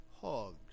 hogs